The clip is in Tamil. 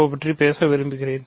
வ பற்றி பேச விரும்புகிறேன்